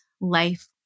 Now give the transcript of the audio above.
life